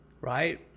right